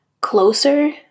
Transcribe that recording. closer